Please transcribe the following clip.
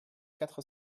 quatre